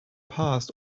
past